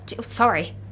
sorry